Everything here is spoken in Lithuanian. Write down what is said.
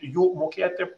jų mokėti